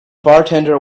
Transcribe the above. bartender